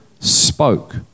spoke